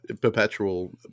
perpetual